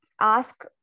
ask